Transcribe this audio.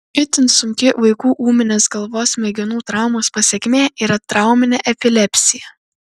itin sunki vaikų ūminės galvos smegenų traumos pasekmė yra trauminė epilepsija